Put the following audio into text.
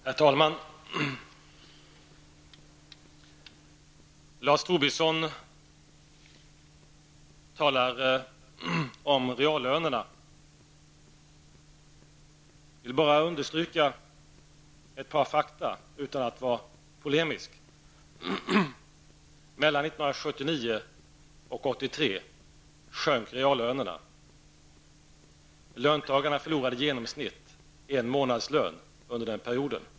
Herr talman! Lars Tobisson talade om reallönerna. Jag vill bara understryka ett par fakta, utan att för den skull vara polemisk. Mellan 1979 och 1983 sjönk reallönerna. Löntagarna förlorade i genomsnitt en månadslön under den perioden.